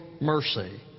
mercy